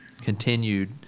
continued